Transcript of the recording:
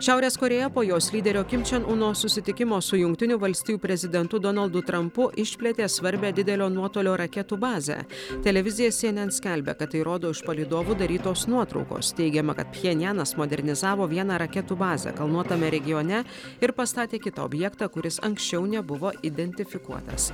šiaurės korėja po jos lyderio kim čen uno susitikimo su jungtinių valstijų prezidentu donaldu trampu išplėtė svarbią didelio nuotolio raketų bazę televizija cnn skelbia kad tai rodo iš palydovų darytos nuotraukos teigiama kad pchenjanas modernizavo vieną raketų bazę kalnuotame regione ir pastatė kitą objektą kuris anksčiau nebuvo identifikuotas